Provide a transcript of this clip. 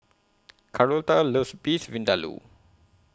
Carlota loves Beef Vindaloo